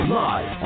live